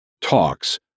talks